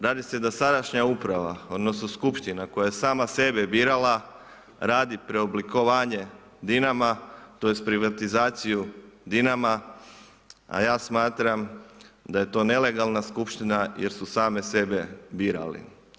Radi se da sadašnja uprava odnosno skupština koja je sama sebe birala, radi preoblikovanje Dinama tj. privatizaciju Dinama a ja smatram da je to nelegalna skupština jer su sami sebe birali.